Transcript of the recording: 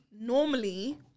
normally